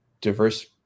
diverse